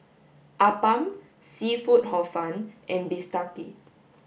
appam seafood hor fun and Bistake